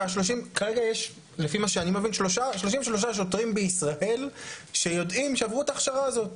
כרגע יש לפי מה שאני מבין 33 שוטרים בישראל שעברו את ההכשרה הזאת.